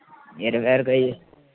ఇరవై ఆరు కేజీలు